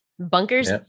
Bunkers